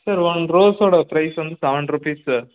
sir one ரோஸ்ஸோடய price வந்து seven rupees sir